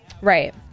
Right